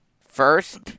First